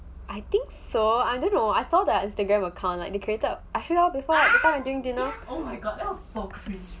I think so I don't know I saw the instagram account like the created I feel the whole thing cringey